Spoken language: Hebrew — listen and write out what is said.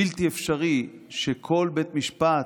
בלתי אפשרי שכל בית משפט,